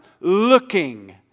looking